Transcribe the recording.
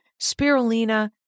spirulina